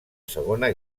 segona